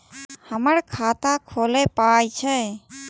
हमर खाता खौलैक पाय छै